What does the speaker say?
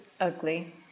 ugly